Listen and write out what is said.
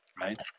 right